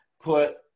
put